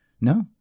No